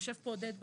יושב פה עודד בשן,